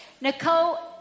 Nicole